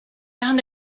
found